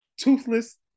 toothless